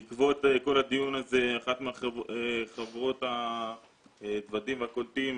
בעקבות כל הדיון הזה אחת מחברות הדודים והקולטים